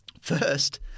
First